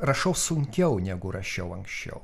rašau sunkiau negu rašiau anksčiau